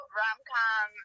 rom-com